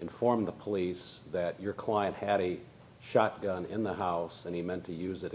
inform the police that you're quiet had a shotgun in the house and he meant to use it